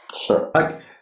Sure